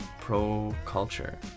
pro-culture